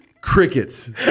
Crickets